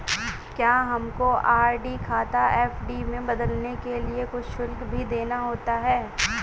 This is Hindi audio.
क्या हमको आर.डी खाता एफ.डी में बदलने के लिए कुछ शुल्क भी देना होता है?